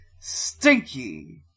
Stinky